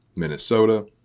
Minnesota